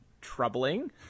troubling